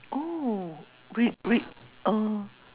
oh we we uh